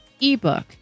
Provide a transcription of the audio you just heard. ebook